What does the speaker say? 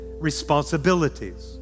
responsibilities